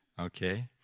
Okay